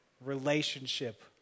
relationship